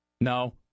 No